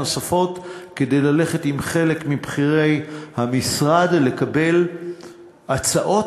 נוספות כדי ללכת עם חלק מבכירי המשרד לקבל הצעות